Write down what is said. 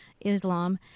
Islam